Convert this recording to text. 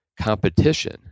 competition